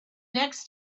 next